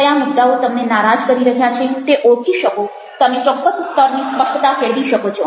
કયા મુદ્દાઓ તમને નારાજ કરી રહ્યા છે તે ઓળખી શકો તમે ચોક્કસ સ્તરની સ્પ્ષ્ટતા કેળવી શકો છો